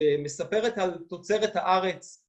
‫ומספרת על תוצרת הארץ.